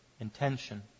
Intention